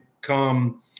come